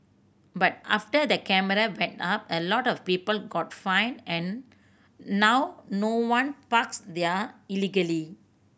but after the camera went up a lot of people got fined and now no one parks there illegally